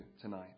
tonight